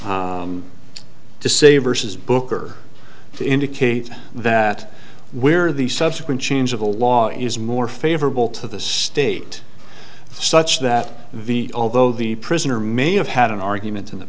to say versus booker to indicate that where the subsequent change of the law is more favorable to the state such that the although the prisoner may have had an argument in the